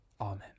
Amen